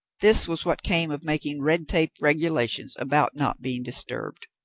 this was what came of making red-tape regulations about not being disturbed.